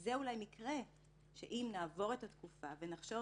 זה אולי מקרה שאם נעבור את התקופה ונחשוב